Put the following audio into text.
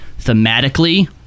thematically